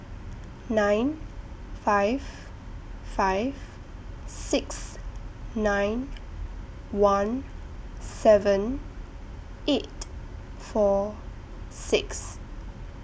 nine five five six nine one seven eight four six